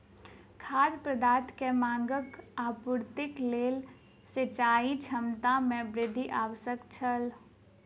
खाद्य पदार्थ के मांगक आपूर्तिक लेल सिचाई क्षमता में वृद्धि आवश्यक छल